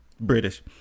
British